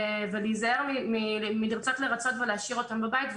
ולהיזהר מלרצות לרצות מלהשאיר אותם בבית.